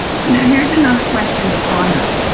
so now here's another question to ponder.